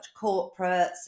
corporates